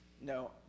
No